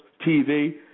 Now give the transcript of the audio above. TV